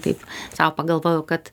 taip sau pagalvojau kad